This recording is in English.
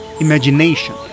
imagination